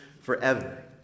forever